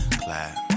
clap